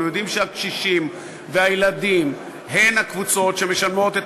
אנחנו יודעים שהקשישים והילדים הם הקבוצות שמשלמות את